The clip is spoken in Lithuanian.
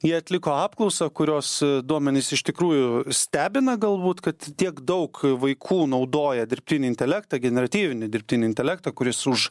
jie atliko apklausą kurios duomenys iš tikrųjų stebina galbūt kad tiek daug vaikų naudoja dirbtinį intelektą generatyvinį dirbtinį intelektą kuris už